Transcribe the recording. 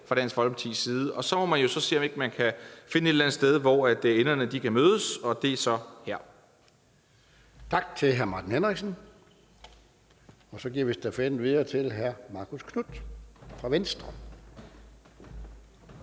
fra Dansk Folkepartis side, og så må man jo se, om ikke man kan finde et eller andet sted, hvor enderne kan mødes, og det er så her.